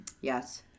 yes